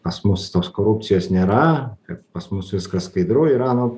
pas mus tos korupcijos nėra kad pas mus viskas skaidru yra nu